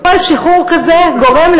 חוזרת בקורבנות,